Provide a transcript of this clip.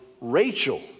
Rachel